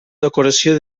decoració